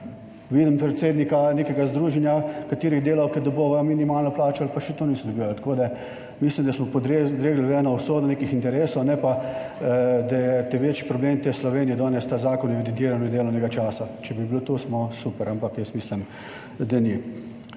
Vidim predsednika nekega združenja, katerih delavke dobiva minimalno plačo ali pa še to niso dobili, tako da mislim, da smo podlegli v eno usodo nekih interesov, ne pa da je večji problem te Slovenije danes ta Zakon o evidentiranju delovnega časa. Če bi bilo to, smo super, ampak jaz mislim, da ni.